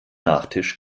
nachtisch